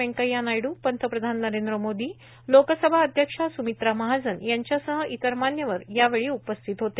वेंकय्या नायडू पंतप्रधान नरेंद्र मोदी लोकसभा अध्यक्षा स्मित्रा महाजन यांच्यासह इतर मान्यवर यावेळी उपस्थित होते